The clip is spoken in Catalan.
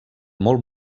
molt